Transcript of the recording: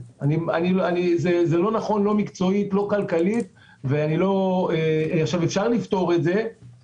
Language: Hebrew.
זה מבחן מצוין אבל באותו מבחן מי בעל הפרי זה גם הסבת ההכנסות.